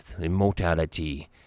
immortality